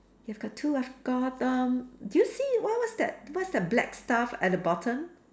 you've got two I've got um do you see what what's that what's that black stuff at the bottom